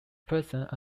present